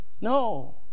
no